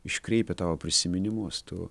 iškreipia tavo prisiminimus tu